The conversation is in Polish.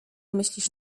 myślisz